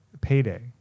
payday